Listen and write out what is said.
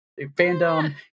fandom